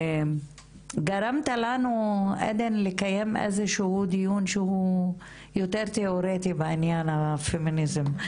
גרמת לנו עדן לקיים איזשהו דיון שהוא יותר תיאורטי בעניין הפמיניזם.